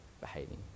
behaving